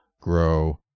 grow